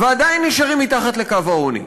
ועדיין נשארים מתחת לקו העוני.